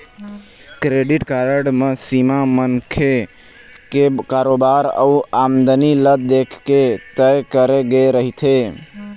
credit card म सीमा मनखे के कारोबार अउ आमदनी ल देखके तय करे गे रहिथे